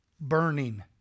burning